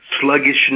sluggishness